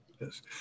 Yes